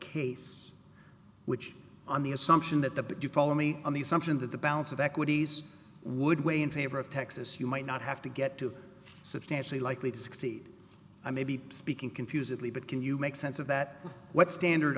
case which on the assumption that the bit you follow me on the assumption that the balance of equities would weigh in favor of texas you might not have to get to substantially likely to succeed i may be speaking confusedly but can you make sense of that what standard